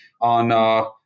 on